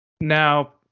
now